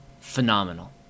phenomenal